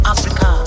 Africa